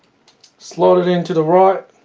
slot it in to the right